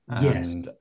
Yes